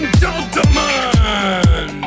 gentlemen